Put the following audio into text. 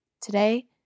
Today